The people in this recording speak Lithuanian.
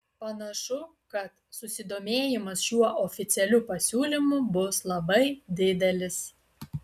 panašu kad susidomėjimas šiuo oficialiu pasiūlymu bus labai didelis